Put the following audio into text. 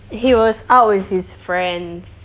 he was out with his friends